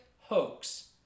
hoax